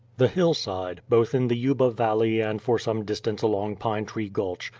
the hillside, both in the yuba valley and for some distance along pine tree gulch,